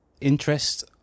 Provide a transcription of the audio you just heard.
interest